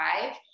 five